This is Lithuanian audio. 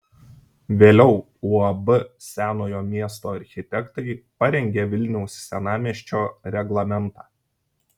vėliau uab senojo miesto architektai parengė vilniaus senamiesčio reglamentą